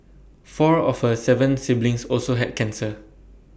four of her Seven siblings also had cancer